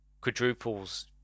quadruples